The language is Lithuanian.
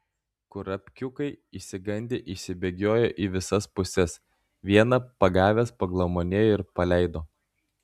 kurapkiukai išsigandę išsibėgiojo į visas puses vieną pagavęs paglamonėjo ir paleido